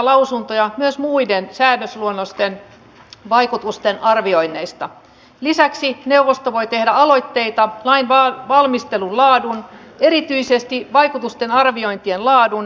valiokunta toteaa että materiaalihankintojen määrärahan niukkuus vaikuttaa väistämättä myös kotimaasta tehtäviin hankintoihin ja kotimaisen puolustusteollisuuden osaamisen kehittymiseen sekä työllistämismahdollisuuksiin